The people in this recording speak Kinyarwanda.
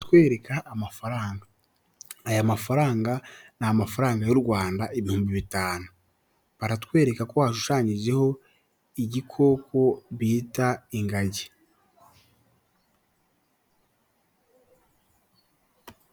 Kutwereka amafaranga, aya mafaranga ni amafaranga y'u Rwanda ibihumbi bitanu bari kutwereka ko hashushanyijeho igikoko bita ingagi.